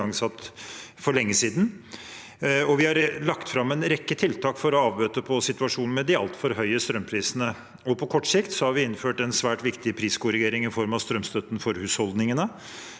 Vi har lagt fram en rekke tiltak for å avbøte situasjonen med de altfor høye strømprisene. På kort sikt har vi innført en svært viktig priskorrigering i form av strømstøtten for husholdningene,